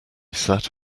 sat